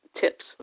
tips